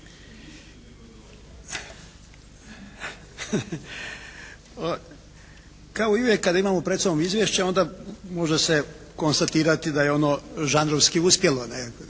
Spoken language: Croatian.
Kao i uvijek kada imamo pred sobom izvješće onda može se konstatirati da je ono žanrovski uspjelo,